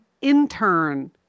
intern